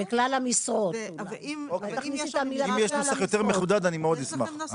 אם יש נוסח יותר מחודד, אני מאוד אשמח.